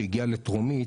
שהגיע לטרומית,